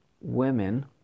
Women